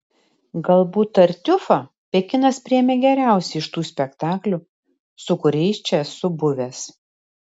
galbūt tartiufą pekinas priėmė geriausiai iš tų spektaklių su kuriais čia esu buvęs